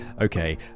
okay